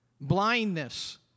Blindness